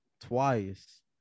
twice